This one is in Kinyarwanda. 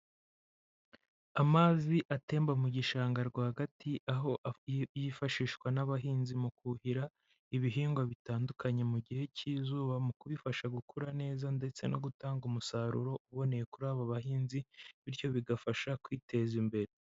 Amazi atemba mu gishanga rwagati aho yifashishwa n'abahinzi mu kuhira ibihingwa bitandukanye mu gihe cy'izuba mu kubifasha gukura neza ndetse no gutanga umusaruro uboneye kuri aba bahinzi bityo bigafasha kwiteza imbere.